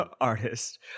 artist